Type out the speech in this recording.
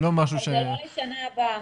אז זה לא לשנה הבאה.